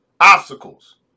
obstacles